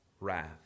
wrath